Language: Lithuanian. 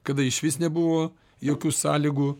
kada išvis nebuvo jokių sąlygų